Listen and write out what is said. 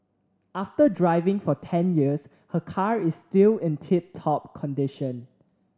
after driving for ten years her car is still in tip top condition